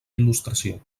il·lustració